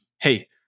Hey